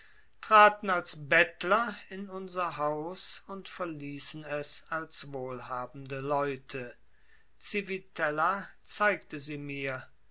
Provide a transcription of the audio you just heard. traten als bettler in unser haus und verließen es als wohlhabende leute civitella zeigte sie mir